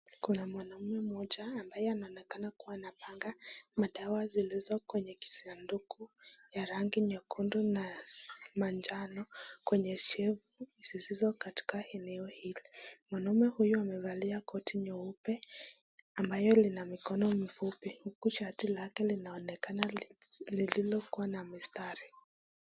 Kuna mwanaume mmoja ambaye anaonekana kuwa na panga madawa zilizo kwenye kisanduku ya rangi nyekundu na manjano kwenye [shape] ziziko katika eneo hilo. Mwanaume huyo amevalia koti nyeupe ambayo lina mikono mifupi huku shati lake linaonekana lililokuwa na mistari.